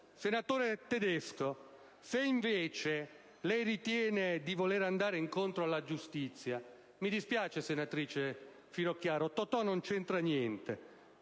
Senatore Tedesco, se invece lei ritiene di voler andare incontro alla giustizia - mi dispiace, senatrice Finocchiaro, Totò non c'entra niente